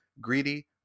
greedy